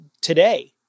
today